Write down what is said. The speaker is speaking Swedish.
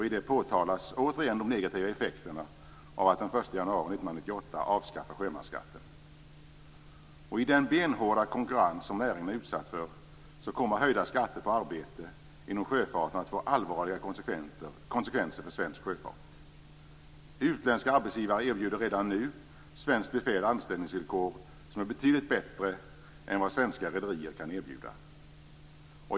I detta påtalas återigen de negativa effekterna av att sjömansskatten skall avskaffas den 1 januari 1998. I den benhårda konkurrens som näringen är utsatt för kommer höjda skatter på arbetet inom sjöfarten att få allvarliga konsekvenser för svensk sjöfart. Utländska arbetsgivare erbjuder redan nu svenskt befäl anställningsvillkor som är betydligt bättre än vad svenska rederier kan erbjuda.